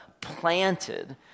planted